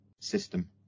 system